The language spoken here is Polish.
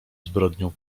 zbrodnię